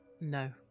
no